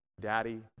Daddy